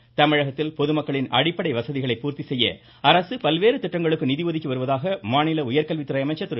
அன்பழகன் தமிழகத்தில் பொதுமக்களின் அடிப்படை வசதிகளைப் பூர்த்திசெய்ய அரசு பல்வேறு திட்டங்களுக்கு நிதி ஒதுக்கி வருவதாக மாநில உயர்கல்வித்துறை அமைச்சர் திரு